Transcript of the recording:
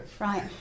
Right